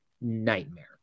nightmare